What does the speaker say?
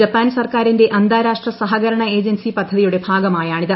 Japan സർക്കാരിന്റെ അന്താരാഷ്ട്ര സഹകരണ ഏജൻസി പദ്ധതിയുടെ ഭാഗമായാണിത്